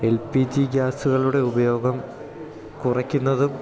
L P G ഗ്യാസുകളുടെ ഉപയോഗം കുറയ്ക്കുന്നതും